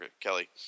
Kelly